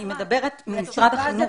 אני מדברת ממשרד החינוך,